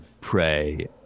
pray